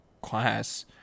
class